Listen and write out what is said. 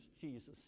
Jesus